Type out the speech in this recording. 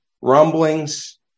rumblings